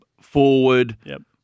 forward